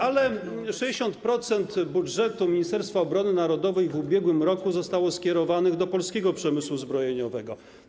Ale 60% budżetu Ministerstwa Obrony Narodowej w ubiegłym roku skierowano do polskiego przemysłu zbrojeniowego.